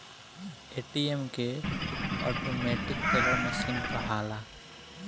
ATM के automatic teller machine कहाला